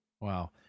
Wow